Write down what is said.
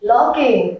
Locking